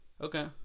Okay